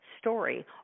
story